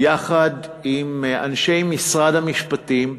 יחד עם אנשי משרד המשפטים,